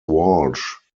walsh